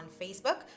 Facebook